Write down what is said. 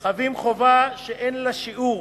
חבים חוב שאין לו שיעור